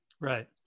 Right